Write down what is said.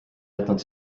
jätnud